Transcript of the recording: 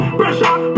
pressure